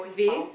vase